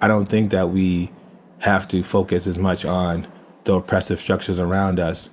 i don't think that we have to focus as much on the oppressive structures around us